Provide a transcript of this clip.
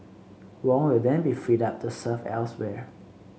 Wong will then be freed up to serve elsewhere